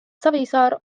savisaar